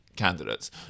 Candidates